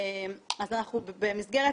אז במסגרת